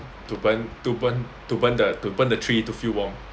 to burn to burn to burn the to burn the tree to feel warm